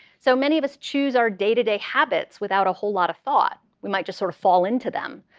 so many of us choose our day-to-day habits without a whole lot of thought. we might just sort of fall into them.